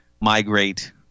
migrate